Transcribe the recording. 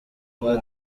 kwa